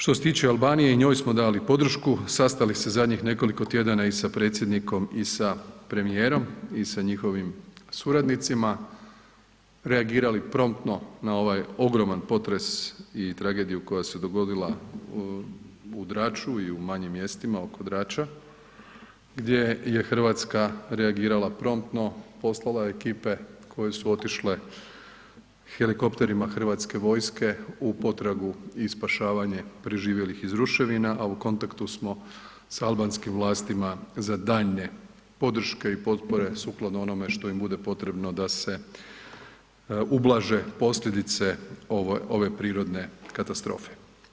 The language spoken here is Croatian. Što se tiče Albanije, i njoj smo dali podršku, sastali se zadnjih nekoliko tjedana i sa predsjednikom i sa premijerom i sa njihovim suradnicima, reagirali promptno na ovaj ogroman potres i tragediju koja se dogodila u Draču i u manjim mjestima oko Drača gdje je Hrvatska reagirala promptno, poslala ekipe koje su otišle helikopterima HV-a u potragu i spašavanje preživjelih iz ruševina a u kontaktu smo sa albanskim vlastima za daljnje podrške i potpore sukladno onome što im bude potrebno da se ublaže posljedice ove prirodne katastrofe.